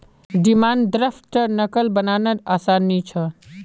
demand द्रफ्टर नक़ल बनाना आसान नि छे